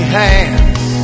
hands